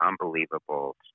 unbelievable